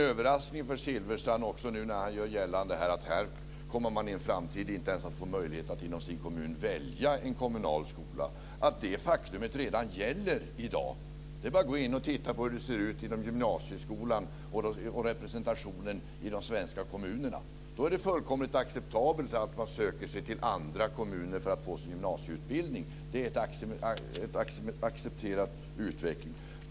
Bengt Silfverstrand gör nu gällande att man i en framtid inte ens kommer att få möjlighet att inom sin kommun välja en kommunal skola. Det må komma som en överraskning för Silfverstrand att det faktumet gäller redan i dag. Det är bara att titta på hur det ser ut inom gymnasieskolan och i representationen i de svenska kommunerna. Det är fullkomligt acceptabelt att man söker sig till andra kommuner för att få sin gymnasieutbildning. Det är en accepterad utveckling.